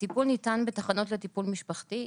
הטיפול ניתן בתחנות לטיפול משפחתי.